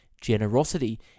generosity